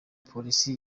polisi